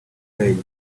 praise